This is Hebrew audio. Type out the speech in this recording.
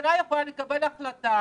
הממשלה יכולה לקבל החלטה